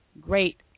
great